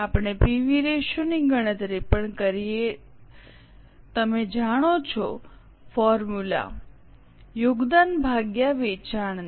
આપણે PV ratio ની ગણતરી પણ કરીએ તમે જાણો છો ફોર્મ્યુલા યોગદાન ભાગ્યા વેચાણ ને